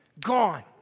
gone